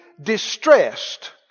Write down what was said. distressed